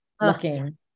looking